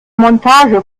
montage